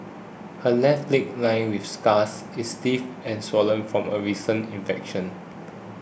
her left leg lined with scars is stiff and swollen from a recent infection